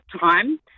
time